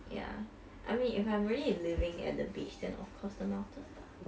ya I mean if I'm already living at the beach then of course the mountain lah